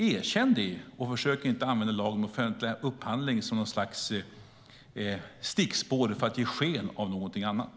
Erkänn det, och försök inte att använda lagen om offentlig upphandling som något slags stickspår för att ge sken av någonting annat!